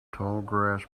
tallgrass